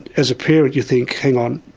as a parent you think, hang on,